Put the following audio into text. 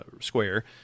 square